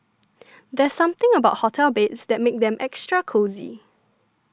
there's something about hotel beds that makes them extra cosy